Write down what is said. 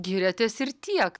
giriatės ir tiek